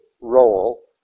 role